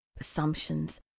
assumptions